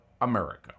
America